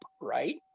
right